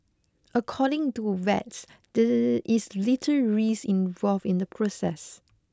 according to vets there is little risk involved in the process